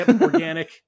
organic